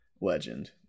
legend